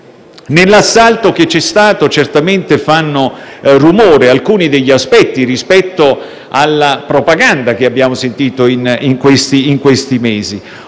Nell'assalto che c'è stato, fanno certamente rumore alcuni aspetti, rispetto alla propaganda che abbiamo sentito in questi mesi.